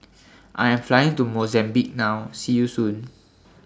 I Am Flying to Mozambique now See YOU Soon